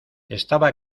estaba